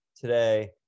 today